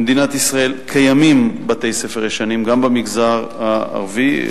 במדינת ישראל קיימים בתי-ספר ישנים גם במגזר הערבי,